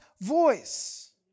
voice